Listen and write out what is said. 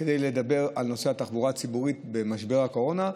ולדבר על נושא התחבורה הציבורית במשבר הקורונה,